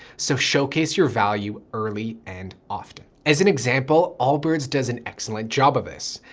so showcase your value early and often. as an example, allbirds does an excellent job of this.